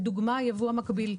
לדוגמה, היבוא המקביל.